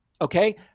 okay